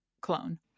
clone